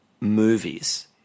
Movies